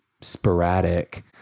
sporadic